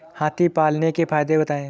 हाथी पालने के फायदे बताए?